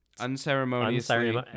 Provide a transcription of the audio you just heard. Unceremoniously